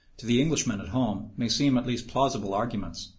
to the englishman at home, may seem at least plausible arguments,